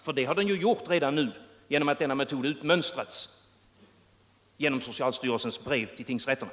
För det har den gjort redan nu eftersom denna metod har utmönstrats genom socialstyrelsens brev till tingsrätterna.